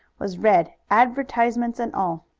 was read, advertisements and all.